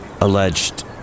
Alleged